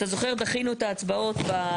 אתה זוכר שדחינו את ההצבעות בנושא?